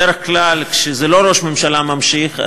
בדרך כלל כשזה לא ראש ממשלה ממשיך,